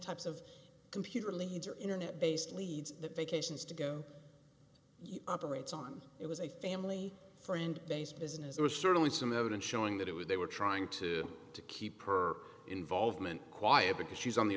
types of computer leads or internet based leads the vacations to go operates on it was a family friend based business there is certainly some evidence showing that it was they were trying to to keep her involvement quiet because she's on the